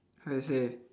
how to say